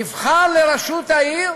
נבחר לראשות העיר